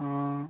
ꯑꯥ